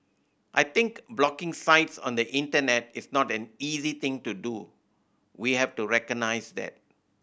I think blocking sites on the Internet is not an easy thing to do we have to recognise that